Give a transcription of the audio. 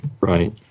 right